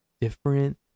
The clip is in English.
different